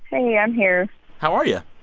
hey, i'm here how are you?